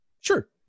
sure